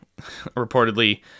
Reportedly